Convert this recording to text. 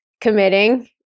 committing